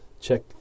check